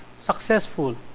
successful